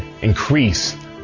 increase